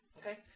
Okay